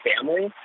family